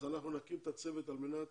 אז אנחנו נקים את הצוות על מנת